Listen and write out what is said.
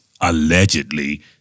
allegedly